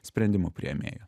sprendimų priėmėjų